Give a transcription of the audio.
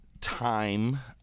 time